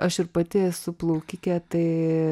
aš ir pati esu plaukikė tai